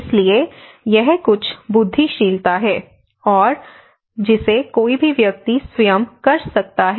इसलिए यह कुछ बुद्धिशीलता है जिसे कोई भी व्यक्ति स्वयं कर सकता है